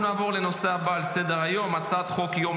נעבור לנושא הבא על סדר-היום: הצעת חוק יום